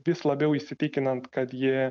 vis labiau įsitikinant kad ji